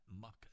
muck